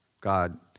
God